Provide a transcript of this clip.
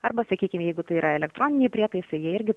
arba sakykim jeigu tai yra elektroniniai prietaisai jie irgi